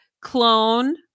clone